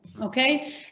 Okay